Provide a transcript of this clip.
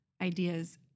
ideas